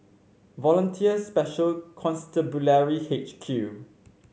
Volunteer Special Constabulary H Q